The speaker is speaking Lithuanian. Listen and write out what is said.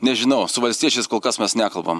nežinau su valstiečiais kol kas mes nekalbam